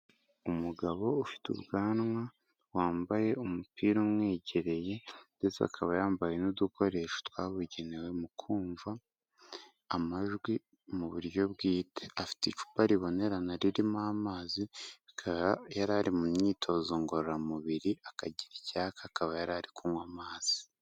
Umugabo ufite ubwanwa, wambaye umupira umwegereye ndetse akaba yambaye n'udukoresho twabugenewe mu kumva amajwi mu buryo bwite, afite icupa ribonerana ririmo amazi, akaba yari ari mu myitozo ngororamubiri, akagira icyaka akaba yari ari kunywa amazi.